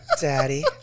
Daddy